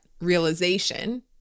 realization